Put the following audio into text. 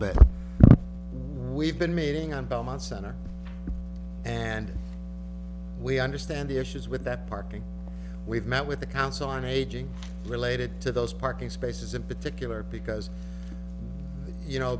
what we've been meeting on belmont center and we understand the issues with that parking we've met with the council on aging related to those parking spaces in particular because you know